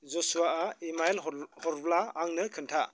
जसुयाआ email हरब्ला आंनो खोन्था